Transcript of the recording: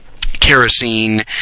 kerosene